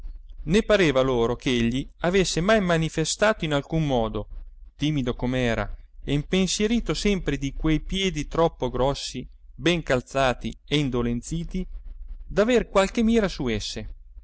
né pareva loro ch'egli avesse mai manifestato in alcun modo timido com'era e impensierito sempre di quei piedi troppo grossi ben calzati e indolenziti d'aver qualche mira su esse